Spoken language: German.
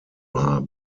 haben